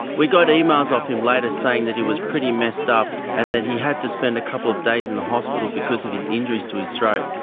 we got emails off him later saying that he was pretty messed up and that he had to spend a couple of days in the hospital because of his injuries to his throat.